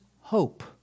hope